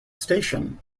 station